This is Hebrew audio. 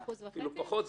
-- 1.5% -- זה פחות,